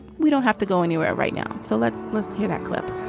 we don't have to go anywhere right now so let's let's hear that clip.